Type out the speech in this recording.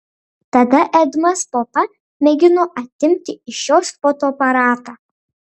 tada edmas popa mėgino atimti iš jos fotoaparatą